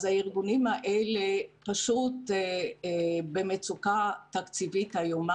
הארגונים האלה פשוט במצוקה תקציבית איומה.